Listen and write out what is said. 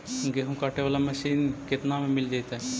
गेहूं काटे बाला मशीन केतना में मिल जइतै?